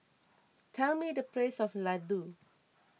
tell me the price of Laddu